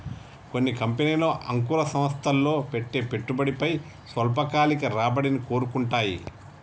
కొన్ని కంపెనీలు అంకుర సంస్థల్లో పెట్టే పెట్టుబడిపై స్వల్పకాలిక రాబడిని కోరుకుంటాయి